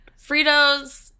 Fritos